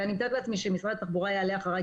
ואני מתארת לעצמי שמשרד התחבורה יעלה אחרי,